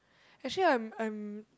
actually I'm I'm